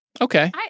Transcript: Okay